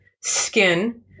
skin